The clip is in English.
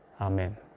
amen